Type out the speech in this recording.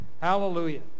Hallelujah